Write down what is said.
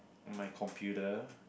my computer